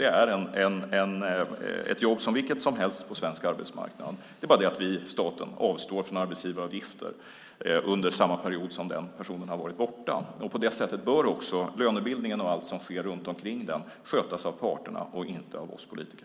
Det är ett jobb som vilket som helst på svensk arbetsmarknad. Det är bara så att staten avstår från arbetsgivaravgifter under en lika lång period som den som personen har varit borta. På det sättet bör också lönebildningen och allt som sker runt omkring den skötas av parterna och inte av oss politiker.